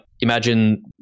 imagine